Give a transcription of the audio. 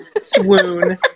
swoon